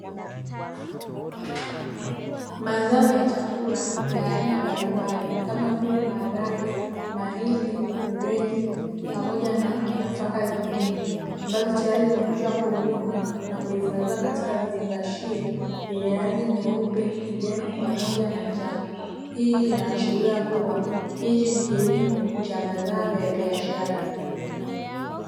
Mazao ya chakula ya aina mbalimbali, kama vile: maharage, mahindi, ulezi pamoja na nafaka zingine; ambazo tayari zimekwisha kuvunwa na kuhifadhiwa katika vifungashio vyenye rangi: nyeupe, kijani pamoja na njano. Hii inaashiria kuwa hichi ni kilimo cha mazao ya biashara.